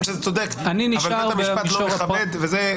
שזה צודק אבל בית המשפט לא מכבד ---.